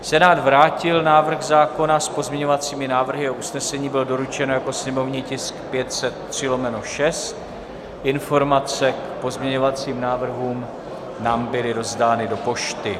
Senát vrátil návrh zákona s pozměňovacími návrhy, jeho usnesení bylo doručeno jako sněmovní tisk 503/6, informace k pozměňovacím návrhům nám byly rozdány do pošty.